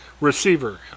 Receiver